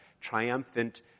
triumphant